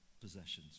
possessions